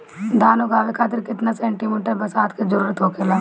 धान उगावे खातिर केतना सेंटीमीटर बरसात के जरूरत होखेला?